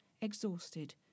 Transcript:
exhausted